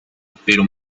pero